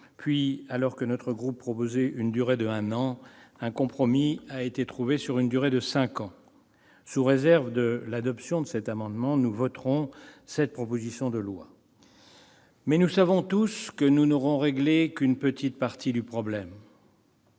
puis, alors que notre groupe proposait un an, un compromis a été trouvé sur une durée de cinq ans. Sous réserve de l'adoption de l'amendement qui en résulte, nous voterons cette proposition de loi. Nous savons tous pourtant que nous n'aurons réglé qu'une petite partie du problème.